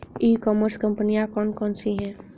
ई commerce कंपनियाँ कौन कौन सी हैं?